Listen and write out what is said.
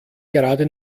gerade